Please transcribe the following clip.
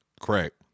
Correct